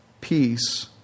peace